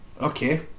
Okay